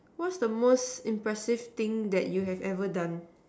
what's the most impressive thing that you have ever done